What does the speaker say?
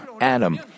Adam